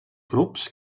grups